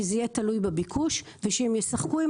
שזה יהיה תלוי בביקוש ושהם ישחקו עם